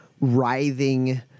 writhing